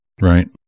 Right